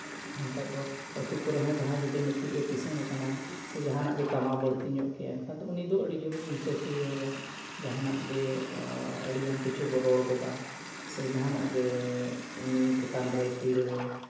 ᱮᱱᱠᱟᱹ ᱫᱚ ᱟᱹᱛᱩ ᱠᱚᱨᱮ ᱦᱚᱸ ᱡᱟᱦᱟᱸᱭ ᱡᱩᱫᱤ ᱢᱤᱫᱴᱮᱱᱼᱮ ᱠᱤᱥᱟᱹᱬ ᱟᱠᱟᱱᱟ ᱥᱮ ᱡᱟᱦᱟᱱᱟᱜ ᱜᱮ ᱠᱟᱢᱟᱣ ᱵᱟᱹᱲᱛᱤ ᱧᱚᱜ ᱠᱮᱫᱼᱟᱭ ᱮᱱᱠᱷᱟᱱ ᱫᱚ ᱩᱱᱤ ᱫᱚ ᱟᱹᱰᱤ ᱡᱳᱨ ᱵᱚᱱ ᱦᱤᱸᱥᱟᱥᱩᱭᱟᱹ ᱟᱭᱟ ᱡᱟᱦᱟᱱᱟᱜ ᱜᱮ ᱟᱹᱰᱤᱜᱟᱱ ᱠᱤᱪᱷᱩ ᱵᱚᱱ ᱨᱚᱲ ᱜᱚᱫᱟ ᱥᱮ ᱡᱟᱦᱟᱱᱟᱜ ᱜᱮ ᱩᱱᱤ ᱪᱮᱛᱟᱱ ᱨᱮ ᱯᱤᱲᱟᱹ